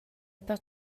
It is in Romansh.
per